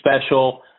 special